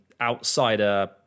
outsider